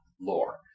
lore